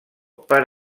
per